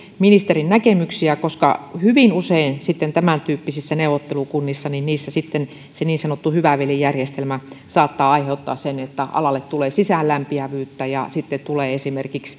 ministerin näkemyksiä koska hyvin usein sitten tämän tyyppisissä neuvottelukunnissa se niin sanottu hyvä veli järjestelmä saattaa aiheuttaa sen että alalle tulee sisäänlämpiävyyttä ja sitten tulee esimerkiksi